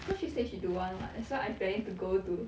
cause she said she don't want [what] that's why I planning to go to